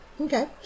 Okay